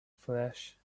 flesh